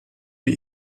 für